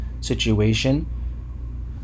situation